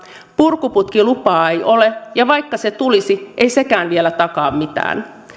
purkuputkilupaa ei ole ja vaikka se tulisi ei sekään vielä takaa mitään